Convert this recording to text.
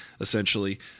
essentially